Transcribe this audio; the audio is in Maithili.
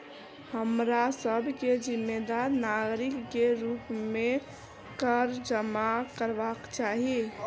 हमरा सभ के जिम्मेदार नागरिक के रूप में कर जमा करबाक चाही